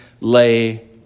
lay